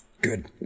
Good